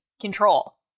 control